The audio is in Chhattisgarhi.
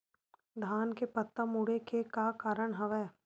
धान के पत्ता मुड़े के का कारण हवय?